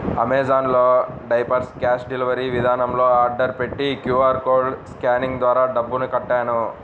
Amazon లో diapers cash delivery విధానంలో order పెట్టి క్యూ.ఆర్ కోడ్ స్కానింగ్ ద్వారా డబ్బులు కట్టాను